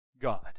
God